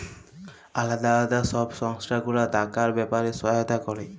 আলদা আলদা সব সংস্থা গুলা টাকার ব্যাপারে সহায়তা ক্যরে